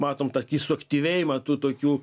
matom suaktyvėjimą tų tokių